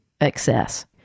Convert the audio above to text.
excess